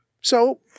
So-